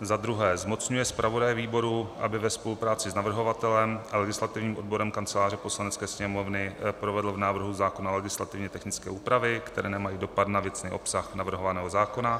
II. zmocňuje zpravodaje výboru, aby ve spolupráci s navrhovatelem a legislativním odborem Kanceláře Poslanecké sněmovny provedl v návrhu zákona legislativně technické úpravy, které nemají dopad na věcný obsah navrhovaného zákona;